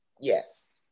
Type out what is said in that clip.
yes